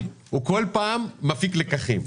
הוא כל פעם מפיק לקחים.